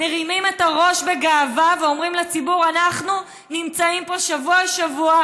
מרימים את הראש בגאווה ואומרים לציבור: אנחנו נמצאים פה שבוע-שבוע,